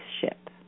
ship